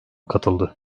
katıldı